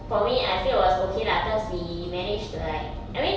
for me I feel it was okay lah cause we managed to like I mean